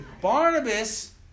Barnabas